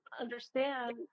understand